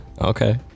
Okay